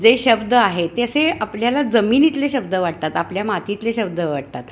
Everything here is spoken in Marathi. जे शब्द आहे ते असे आपल्याला जमिनीतले शब्द वाटतात आपल्या मातीतले शब्द वाटतात